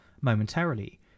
Momentarily